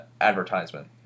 advertisement